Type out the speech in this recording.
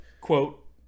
Quote